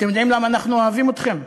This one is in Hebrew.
אתם יודעים למה אנחנו אוהבים אתכם,